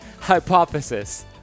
hypothesis